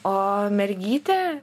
o mergytė